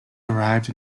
arrived